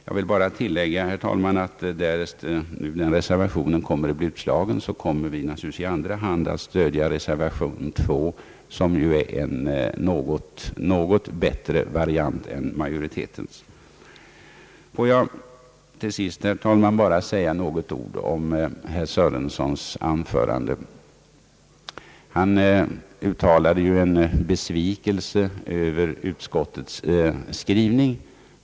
Jag vill tillägga, herr talman, att om vår reservation blir utslagen, kommer vi naturligtvis att i andra hand stödja reservation 2, som ju är en något bättre variant än majoritetens förslag. Till sist, herr talman, några ord om herr Sörensons anförande. Herr Sörenson uttalade besvikelse över utskottets skrivning.